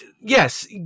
yes